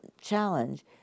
challenge